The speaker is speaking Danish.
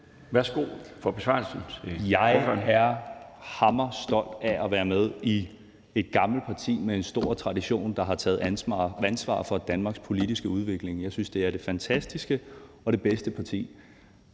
Andreas Karlsen (KF): Jeg er hamrende stolt af at være med i et gammelt parti med en stor tradition, der har taget ansvar for Danmarks politiske udvikling. Jeg synes, det er det mest fantastiske og det bedste parti.